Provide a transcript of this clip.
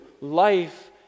life